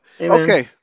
Okay